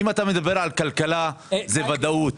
אם אתה מדבר על כלכלה זה ודאות,